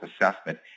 assessment